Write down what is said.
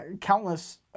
countless